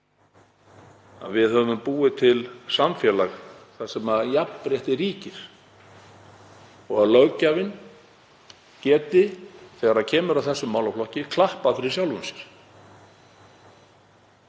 Við hefðum búið til samfélag þar sem jafnrétti ríkir og löggjafinn gæti þegar kemur að þessum málaflokki klappað fyrir sjálfum sér.